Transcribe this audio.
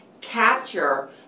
capture